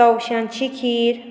तवश्यांची खीर